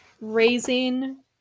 raising